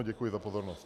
Děkuji za pozornost.